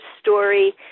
story